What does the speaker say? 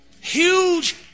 Huge